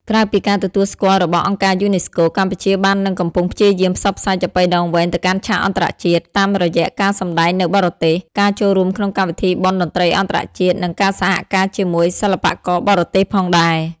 ក្រៅពីការទទួលស្គាល់របស់ អង្គការ UNESCO កម្ពុជាបាននឹងកំពុងព្យាយាមផ្សព្វផ្សាយចាប៉ីដងវែងទៅកាន់ឆាកអន្តរជាតិ តាមរយៈការសម្តែងនៅបរទេស ការចូលរួមក្នុងពិធីបុណ្យតន្ត្រីអន្តរជាតិ និងការសហការជាមួយសិល្បករបរទេសផងដែរ។